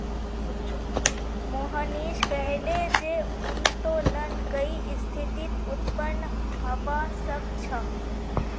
मोहनीश कहले जे उत्तोलन कई स्थितित उत्पन्न हबा सख छ